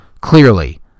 Clearly